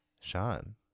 Sean